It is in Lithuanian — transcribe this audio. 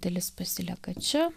dalis pasilieka čia